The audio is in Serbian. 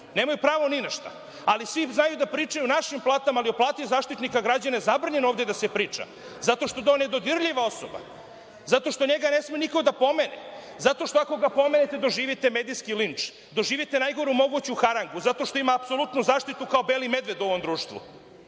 nemaju pravo ni na šta, ali svi znaju da pričaju o našim platama, a o plati Zaštitnika građana je zabranjeno ovde da se priča, zato što je to nedodirljiva osoba, zato što njega ne sme niko da pomene. Ako ga pomenete, doživite medijski linč, doživite najgoru moguću harangu, zato što ima apsolutnu zaštitu kao beli medved u ovom društvu. Želimo